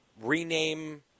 rename